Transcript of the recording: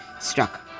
struck